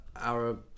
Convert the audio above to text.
Arab